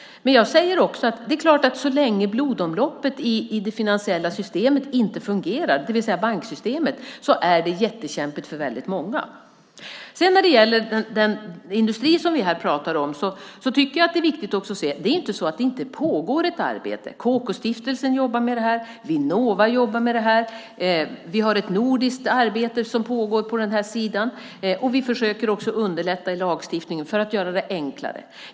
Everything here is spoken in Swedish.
Men jag säger också att så länge blodomloppet i det finansiella systemet - det vill säga banksystemet - inte fungerar är det jättekämpigt för väldigt många. När det gäller den industri som vi här pratat om är det inte så att det inte pågår ett arbete. KK-stiftelsen jobbar med detta. Vinnova jobbar med detta. Vi har ett nordiskt arbete som pågår på den här sidan. Vi försöker också underlätta i lagstiftningen för att göra det enklare.